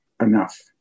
enough